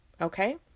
okay